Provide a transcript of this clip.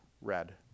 red